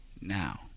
Now